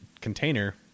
container